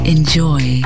Enjoy